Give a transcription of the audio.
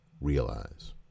realize